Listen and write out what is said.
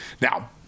Now